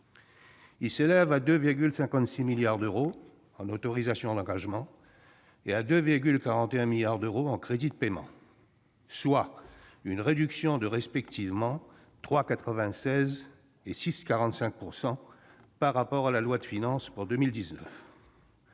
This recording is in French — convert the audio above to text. Ils s'élèvent à 2,56 milliards d'euros en autorisations d'engagement et à 2,41 milliards d'euros en crédits de paiement, soit une réduction de respectivement 3,96 % et 6,45 % par rapport à la loi de finances pour 2019.